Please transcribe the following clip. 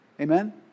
Amen